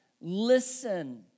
listen